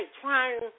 trying